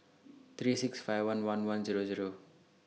three six five one one one Zero Zero